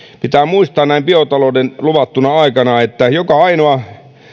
pitää muistaa näin biotalouden luvattuna aikana että joka ainoa